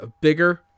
bigger